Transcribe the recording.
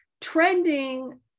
trending